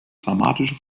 dramatische